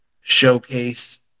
showcase